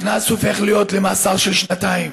הקנס הופך להיות מאסר של שנתיים.